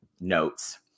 notes